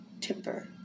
temper